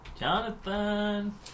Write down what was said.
Jonathan